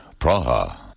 Praha